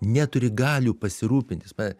neturi galių pasirūpinti suprantat